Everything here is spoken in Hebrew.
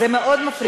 זה מאוד מפריע.